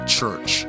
Church